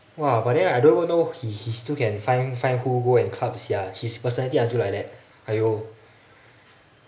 !wah! but then I don't even know he he still can find find who go and club sia his personality until like that !aiyo!